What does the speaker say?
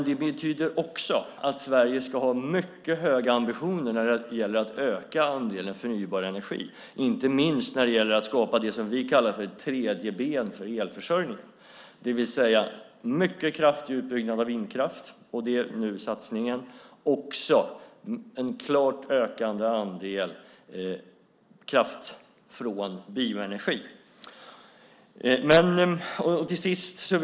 Det betyder också att Sverige ska ha mycket höga ambitioner när det gäller att öka andelen förnybar energi, inte minst när det gäller att skapa det som vi kallar ett tredje ben för elförsörjningen, det vill säga en mycket kraftig utbyggnad av vindkraft - det är satsningen nu - och en klart ökande andel kraft från bioenergi.